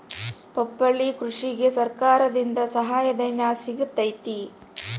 ಪಪ್ಪಾಳಿ ಕೃಷಿಗೆ ಸರ್ಕಾರದಿಂದ ಸಹಾಯಧನ ಸಿಗತೈತಿ